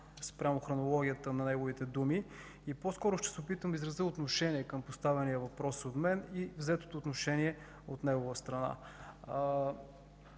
спрямо хронологията на неговите думи. По-скоро ще се опитам да изразя отношение към поставения въпрос от мен и взетото отношение от негова страна.